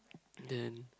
then